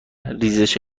ریزش